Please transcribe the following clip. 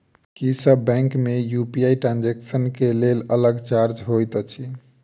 की सब बैंक मे UPI transaction केँ लेल अलग चार्ज होइत अछि?